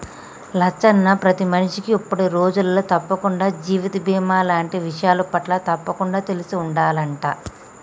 లచ్చన్న ప్రతి మనిషికి ఇప్పటి రోజులలో తప్పకుండా జీవిత బీమా లాంటి విషయాలపట్ల తప్పకుండా తెలిసి ఉండాలంట